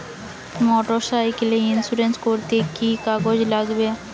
Motorcycle insurance করতে কি কি কাগজ লাগবে?